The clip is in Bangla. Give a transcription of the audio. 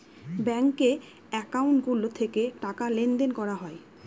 ব্যাঙ্কে একাউন্ট গুলো থেকে টাকা লেনদেন করা হয়